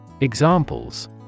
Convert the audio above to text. Examples